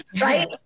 right